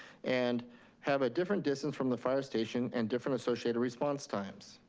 and have a different distance from the fire station and different associated response times.